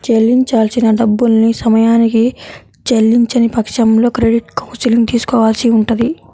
చెల్లించాల్సిన డబ్బుల్ని సమయానికి చెల్లించని పక్షంలో క్రెడిట్ కౌన్సిలింగ్ తీసుకోవాల్సి ఉంటది